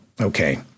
okay